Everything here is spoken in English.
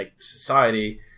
society